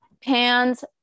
pans